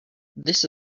this